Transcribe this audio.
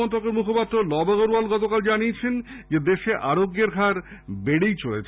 মন্ত্রকের মুখপাত্র লভ আগারওয়াল গতকাল জানিয়েছেন দেশে আরোগ্যের হার বেড়েই চলেছে